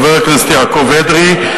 חבר הכנסת יעקב אדרי,